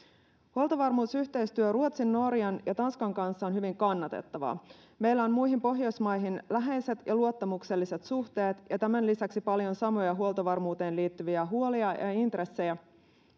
huoltovarmuusyhteistyö ruotsin norjan ja tanskan kanssa on hyvin kannatettavaa meillä on muihin pohjoismaihin läheiset ja luottamukselliset suhteet ja tämän lisäksi paljon samoja huoltovarmuuteen liittyviä huolia ja ja intressejä